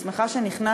אני שמחה שנכנסת,